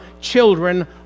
children